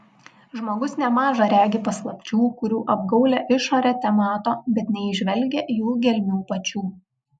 žmogus nemaža regi paslapčių kurių apgaulią išorę temato bet neįžvelgia jų gelmių pačių